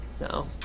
No